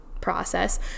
process